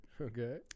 Okay